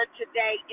today